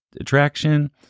attraction